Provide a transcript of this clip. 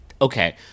okay